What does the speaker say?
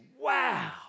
wow